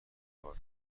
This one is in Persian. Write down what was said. ارد